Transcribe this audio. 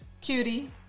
Cutie